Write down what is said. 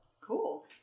cool